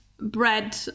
bread